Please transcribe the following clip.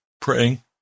praying